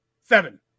Seven